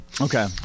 Okay